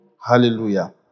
Hallelujah